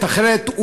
אחרת,